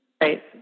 Right